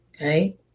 Okay